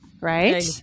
right